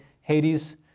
Hades